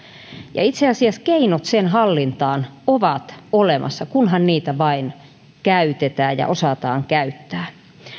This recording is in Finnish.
ja itse asiassa keinot sen hallintaan ovat olemassa kunhan niitä vain käytetään ja osataan käyttää